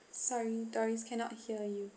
sorry doris cannot hear you